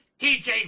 TJ